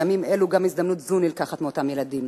בימים אלו גם הזדמנות זו נלקחת מאותם ילדים,